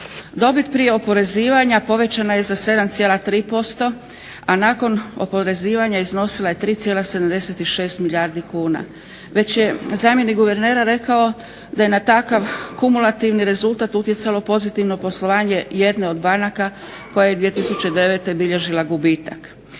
Dobit prije oporezivanja povećana je za 7,3%, a nakon oporezivanja iznosila je 3,76 milijardi kuna. Već je zamjenik guvernera rekao da je na takav kumulativni rezultat utjecalo pozitivno poslovanje jedne od banaka koja je 2009. bilježila gubitak.